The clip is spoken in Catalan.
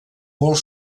molt